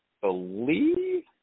believe